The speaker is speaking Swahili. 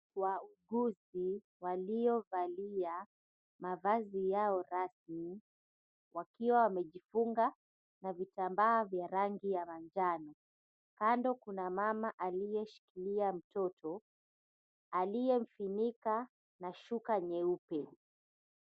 Wauguzi waliovalia mavazi yao rasmi wakiwa wamejifunga na vitambaa ya rangi ya manjano. Kando kuna mama aliyeshikilia mtoto aliyemfunika na shuka nyeupe.